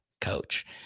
coach